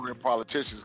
politicians